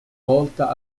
volta